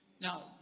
Now